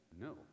No